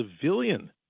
civilian